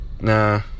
Nah